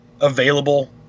available